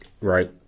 right